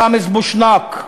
ראמז בושנאק,